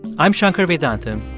i'm shankar vedantam,